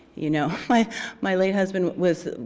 you know my my late husband was,